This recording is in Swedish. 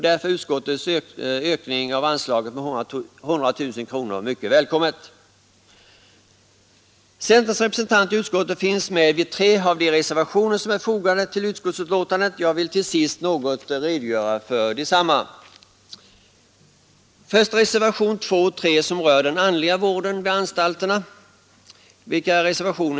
Därför är utskottets ökning av anslaget med 100 000 kronor mycket välkommen. Centerns representanter i utskottet finns med vid tre av de reservationer som är fogade till utskottsbetänkandet. Jag vill till sist något redogöra för dem. jag yrkar nu bifall till dem.